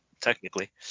technically